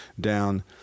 down